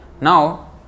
Now